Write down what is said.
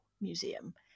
museum